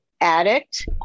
addict